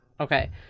Okay